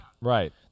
right